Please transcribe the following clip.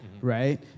right